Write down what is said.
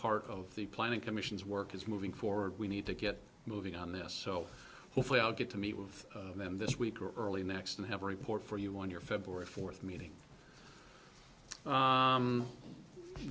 part of the planning commission's work is moving forward we need to get moving on this so hopefully i'll get to meet with them this week or early next and have a report for you on your february fourth meeting